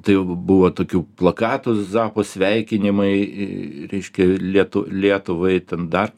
tai jau buvo tokių plakatų zapo sveikinimai reiškia lietu lietuvai ten dar